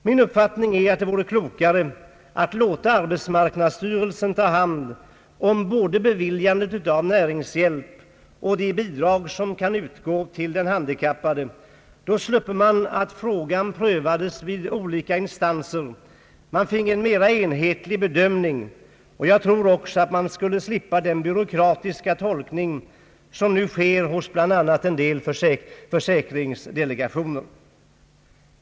Min uppfattning är att det vore klokare att låta arbetsmarknadsstyrelsen ta hand om både beviljandet av näringshjälp och de bidrag som kan utgå till den handikappade. Då skulle man slippa att få frågan prövad av två olika instanser. Man finge en mera enhetlig bedömning, och jag tror också att man skulle slippa den byråkratiska tolkning som nu sker hos bland annat en del försäkringskassedelegationer.